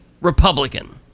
Republican